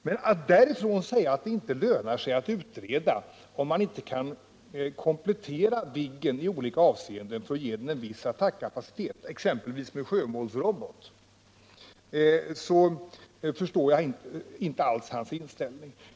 Och när han utifrån det säger att det inte lönar sig att utreda om man inte kan komplettera Viggen i olika avseenden för att ge den en viss attackkapacitet, exempelvis med sjömålsrobot, förstår jag inte alls hans inställning.